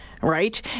Right